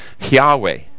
Yahweh